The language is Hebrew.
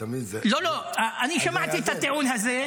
אתה מבין --- שמעתי את הטיעון הזה.